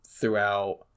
throughout